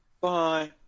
Bye